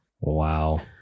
Wow